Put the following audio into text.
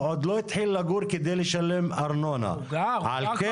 אני חושב שאתה אמור להסכים לזה אדוני היו"ר,